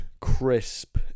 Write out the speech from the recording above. Crisp